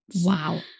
Wow